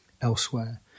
elsewhere